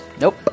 nope